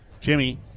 Jimmy